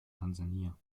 tansania